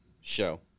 show